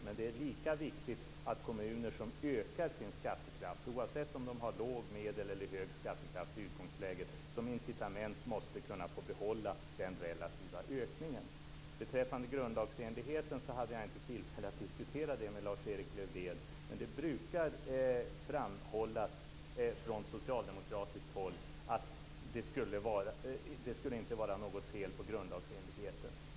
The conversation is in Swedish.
Det är dock lika viktigt att kommuner som ökar sin skattekraft - oavsett om de har låg, medelstor eller hög skattekraft i utgångsläget - som incitament måste kunna få behålla den relativa ökningen. Beträffande grundlagsenligheten hade jag inte tillfälle att diskutera den med Lars-Erik Lövdén. Men det brukar framhållas från socialdemokratiskt håll att det inte skulle vara något fel på grundlagsenligheten.